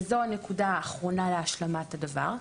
וזו הנקודה האחרונה להשלמת הדבר,